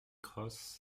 cros